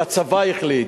שהצבא החליט,